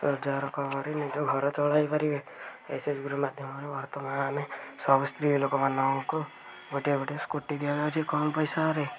ରୋଜଗାର କରି ନିଜ ଘର ଚଳାଇ ପାରିବେ ଏସ୍ ଏସ୍ ଜି ଗ୍ରୁପ ମାଧ୍ୟମରେ ବର୍ତ୍ତମାନ ସବୁ ସ୍ତ୍ରୀଲୋକମାନଙ୍କୁ ଗୋଟିଏ ଗୋଟିଏ ସ୍କୁଟି ଦିଆଯାଉଛି କମ୍ ପଇସାରେ